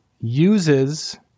uses